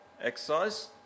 exercise